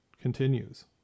continues